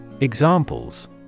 Examples